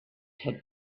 had